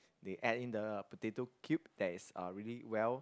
they add in the potato cube that is uh really well